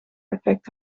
effect